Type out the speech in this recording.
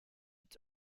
its